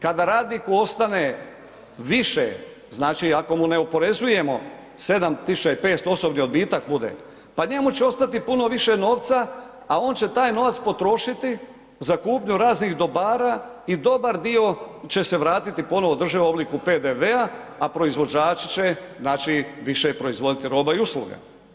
Kada radniku ostane više, znači ako mu ne oporezujemo, 7500 osobni odbitak bude, pa njemu će ostati puno više novca a on će taj novac potrošiti za kupnju raznih dobara i dobar dio će se vratiti održivom obliku PDV-a a proizvođači će znači više proizvoditi roba i usluga.